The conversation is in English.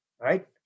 right